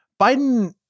Biden